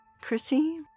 Chrissy